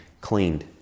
cleaned